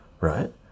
right